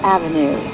Avenue